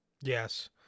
yes